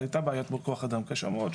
הייתה בעיית כוח אדם קשה מאוד,